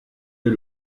est